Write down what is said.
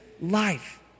life